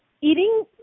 eating